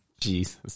Jesus